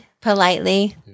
politely